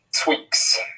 tweaks